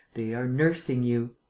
they are nursing you.